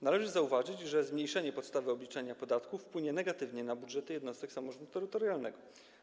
Należy zauważyć, że zmniejszenie podstawy obliczenia podatku wpłynie negatywnie na budżety jednostek samorządu terytorialnego.